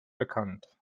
bekannt